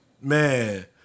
Man